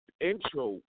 Intro